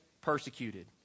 persecuted